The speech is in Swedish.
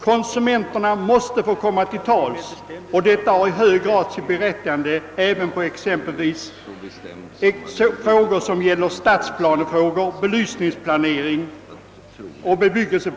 Konsumenterna måste få komma till tals, något som i hög grad har sitt berättigande även när det gäller exempelvis stadsplanefrågor, bebyggelseplanering och boendemiljö.